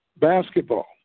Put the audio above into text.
basketball